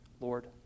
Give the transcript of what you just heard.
Lord